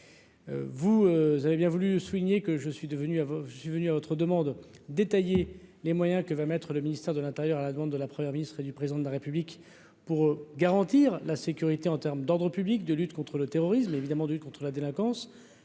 vous avez bien voulu souligner que je suis devenu avant, je suis venu à votre demande, détailler les moyens que va mettre le ministère de l'Intérieur, à la demande de la Première ministre et du président de la République pour garantir la sécurité en terme d'ordre public de lutte contre le terrorisme est évidemment de lutte contre la délinquance